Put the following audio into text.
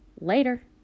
Later